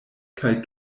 kaj